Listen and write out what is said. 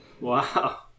wow